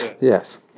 Yes